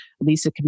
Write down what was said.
Lisa